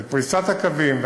ואת פריסת הקווים,